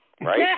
right